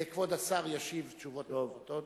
כבוד השר ישיב תשובות מלומדות.